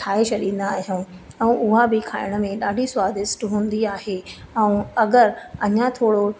ठाहे छॾींदा आहियूं ऐं उहा बि खाइण में ॾाढी स्वादिष्ट हूंदी आहे ऐं अगरि अञा थोरो